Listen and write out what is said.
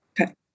Okay